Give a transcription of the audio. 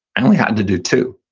i only had to do two,